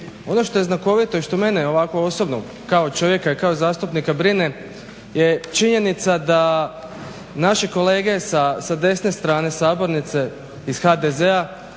Ono što je znakovito i što mene ovako osobno kao čovjeka i kao zastupnika brine je činjenica da naše kolege sa desne strane sabornice iz HDZ-a